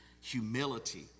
humility